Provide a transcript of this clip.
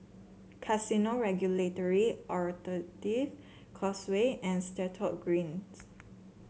Casino Regulatory Authority Causeway and Stratton Greens